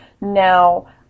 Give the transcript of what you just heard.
Now